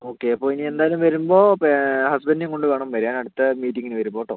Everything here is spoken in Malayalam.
ഓക്കെ അപ്പം ഇനി എന്തായാലും വരുമ്പോൾ ഹസ്ബൻഡിനെയും കൊണ്ട് വേണം വരാൻ അടുത്ത മീറ്റിംഗിന് വരുമ്പോൾ കേട്ടോ